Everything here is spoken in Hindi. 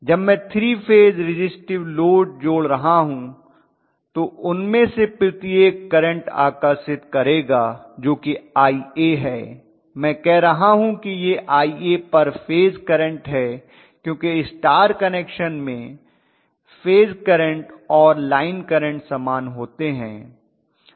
जब मैं 3 फेज रिज़िस्टिव लोड जोड़ रहा हूं तो उनमें से प्रत्येक करंट आकर्षित करेगा जो कि Ia है मैं कह रहा हूं कि यह Ia पर फेज करंट है क्योंकि स्टार कनेक्शन में फेज करंट और लाइन करंट समान होते हैं